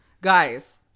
Guys